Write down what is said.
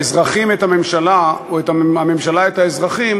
האזרחים את הממשלה או הממשלה את האזרחים,